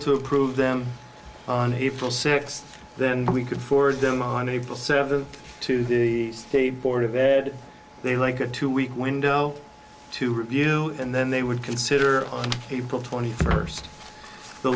to approve them on april sixth then we could forward them on april seventh to the state board of ed they like a two week window to review and then they would consider on people twenty first the